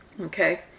okay